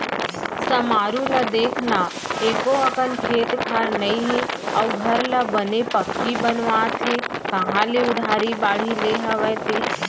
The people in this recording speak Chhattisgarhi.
समारू ल देख न एको अकन खेत खार नइ हे अउ घर ल बने पक्की बनवावत हे कांहा ले उधारी बाड़ही ले हवय ते?